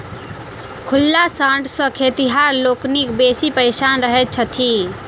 खुल्ला साँढ़ सॅ खेतिहर लोकनि बेसी परेशान रहैत छथि